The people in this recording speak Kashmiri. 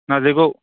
نہَ حظ یہِ گوٚو